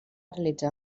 realitzar